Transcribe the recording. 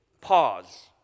pause